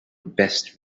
best